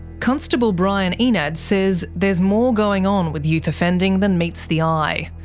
constable brian enad says there's more going on with youth offending than meets the eye.